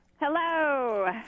Hello